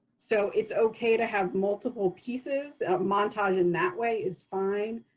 so it's ok to have multiple pieces, a montage in that way is fine.